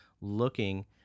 looking